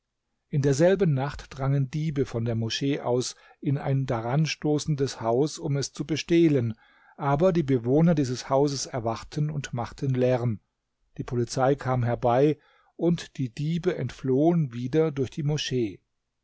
in derselben nacht drangen diebe von der moschee aus in ein daran stoßendes haus um es zu bestehlen aber die bewohner dieses hauses erwachten und machten lärm die polizei kam herbei und die diebe entflohen wieder durch die moschee